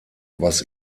was